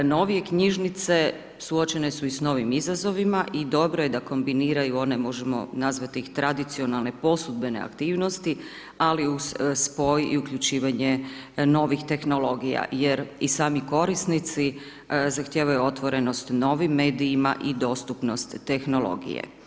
Novije knjižnice suočene su i s novim izazovima i dobro je da kombiniraju, one možemo ih nazvati tradicionalne posudbene aktivnosti, ali uz spoj i uključivanje novih tehnologija jer i sami korisnici zahtijevaju otvorenost novim medijima i dostupnost tehnologije.